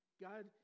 God